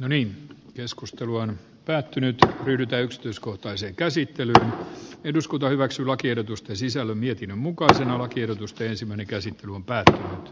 jani keskustelu on päättynyt ryhdytä yksityiskohtaisen käsittelyn eduskunta hyväksyy lakiehdotusten sisällön mietinnön mukaan se lakiehdotusta onneksi se meni käsi on päättänyt